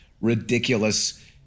ridiculous